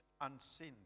unseen